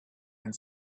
and